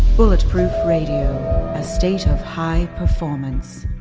bulletproof radio. a state of high performance